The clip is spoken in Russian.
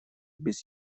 без